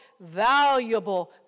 valuable